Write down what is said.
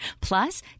Plus